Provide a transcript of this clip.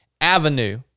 avenue